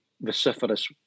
vociferous